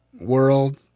world